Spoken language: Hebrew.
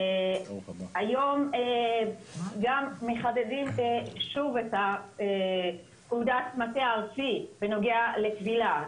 היום גם מחדדים שוב את פקודת המטה הארצי בנוגע לכבילה.